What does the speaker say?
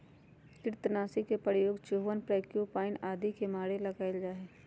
कृन्तकनाशी के प्रयोग चूहवन प्रोक्यूपाइन आदि के मारे ला कइल जा हई